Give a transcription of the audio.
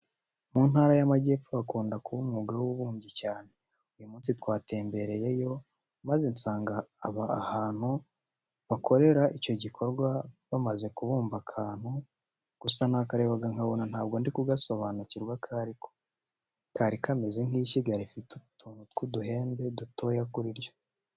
Mu Ntara y'Amagepfo hakunda kuba umwuga w'ububumbyi cyane. Uyu munsi twatembereyeyo maze nsanga ahantu bakorera icyo gikorwa bamaze kubumba akantu, gusa nakarebaga nkabona ntabwo ndigusobanukirwa ako ari ko. Kari kameze nk'ishyiga rifite utuntu tw'uduhembe dutoya kuri ryo.